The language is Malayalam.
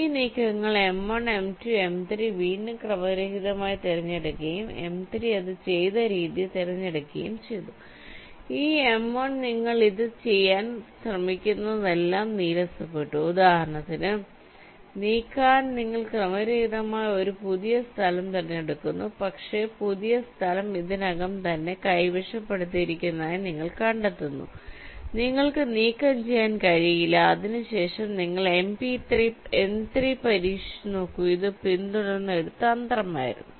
ഈ നീക്കങ്ങൾ M1 M2 M3 വീണ്ടും ക്രമരഹിതമായി തിരഞ്ഞെടുക്കുകയും M3 അത് ചെയ്ത രീതി തിരഞ്ഞെടുക്കുകയും ചെയ്തു ഈ M1 നിങ്ങൾ ഇത് ചെയ്യാൻ ശ്രമിക്കുന്നതെല്ലാം നിരസിക്കപ്പെട്ടു ഉദാഹരണത്തിന് നീക്കാൻ നിങ്ങൾ ക്രമരഹിതമായി ഒരു പുതിയ സ്ഥലം തിരഞ്ഞെടുക്കുന്നു പക്ഷേ പുതിയ സ്ഥലം ഇതിനകം തന്നെ കൈവശപ്പെടുത്തിയിരിക്കുന്നതായി നിങ്ങൾ കണ്ടെത്തുന്നു നിങ്ങൾക്ക് നീക്കം ചെയ്യാൻ കഴിയില്ല അതിനുശേഷം നിങ്ങൾ M3 പരീക്ഷിച്ചുനോക്കൂ ഇത് പിന്തുടർന്ന ഒരു തന്ത്രമായിരുന്നു